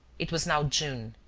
it was now june.